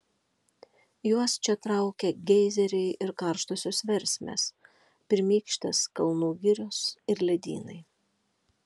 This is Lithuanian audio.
juos čia traukia geizeriai ir karštosios versmės pirmykštės kalnų girios ir ledynai